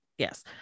Yes